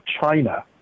china